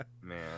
Man